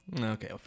Okay